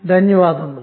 ధన్యవాదములు